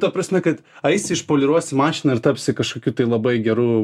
ta prasme kad eisi išpoliruosi mašiną ir tapsi kažkokiu tai labai geru